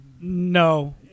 No